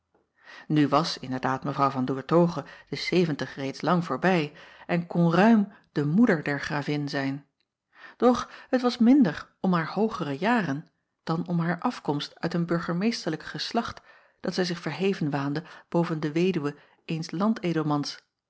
u was inderdaad w an oertoghe de zeventig reeds lang voorbij en kon ruim de moeder der ravin zijn doch het was minder om haar hoogere jaren dan om haar afkomst uit een burgemeesterlijk geslacht dat zij zich verheven waande boven de weduwe eens landedelmans